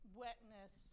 wetness